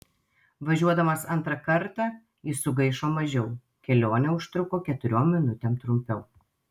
važiuodamas antrą kartą jis sugaišo mažiau kelionė užtruko keturiom minutėm trumpiau